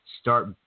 start